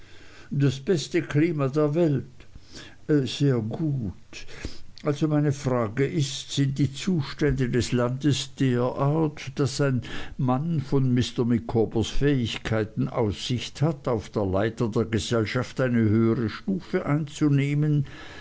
das beste klima der welt sehr gut also meine frage ist sind die zustände des landes derart daß ein mann von mr micawbers fähigkeiten aussicht hat auf der leiter der gesellschaft eine höhere stufe einzunehmen